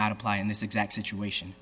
not apply in this exact situation